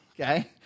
okay